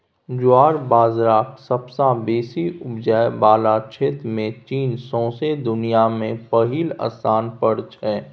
ज्वार बजराक सबसँ बेसी उपजाबै बला क्षेत्रमे चीन सौंसे दुनियाँ मे पहिल स्थान पर छै